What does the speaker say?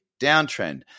downtrend